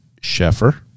Sheffer